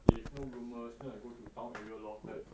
if no rumours now I go to town area lor like